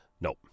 Nope